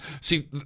See